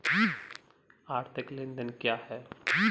आर्थिक लेनदेन क्या है?